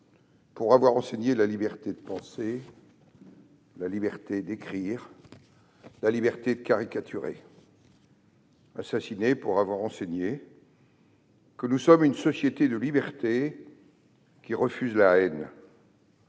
pour avoir enseigné la liberté de pensée, la liberté d'écrire, la liberté de caricaturer, assassiné pour avoir enseigné que nous sommes une société de liberté qui refuse la haine.